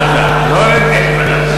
לאט-לאט.